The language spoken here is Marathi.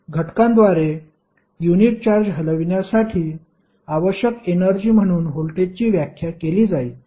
घटकांद्वारे युनिट चार्ज हलविण्यासाठी आवश्यक एनर्जी म्हणून व्होल्टेजची व्याख्या केली जाईल